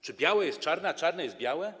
Czy białe jest czarne, a czarne jest białe?